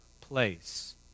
place